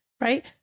Right